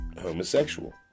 homosexual